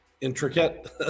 intricate